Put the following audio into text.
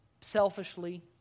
selfishly